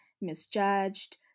misjudged